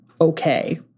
okay